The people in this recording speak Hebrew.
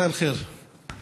(אומר דברים בשפה הערבית,